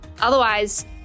Otherwise